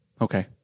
Okay